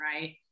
Right